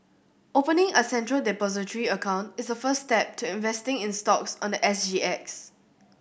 opening a Central Depository account is the first step to investing in stocks on the S G X